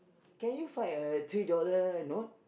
can you find a three dollar note